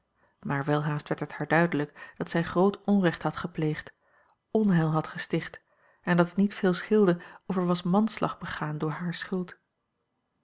maar welhaast werd het haar duidelijk dat zij groot onrecht had gepleegd onheil had gesticht en dat het niet veel scheelde of er was manslag begaan door hare schuld